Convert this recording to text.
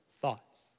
thoughts